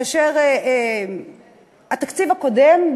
כאשר התקציב הקודם,